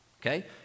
Okay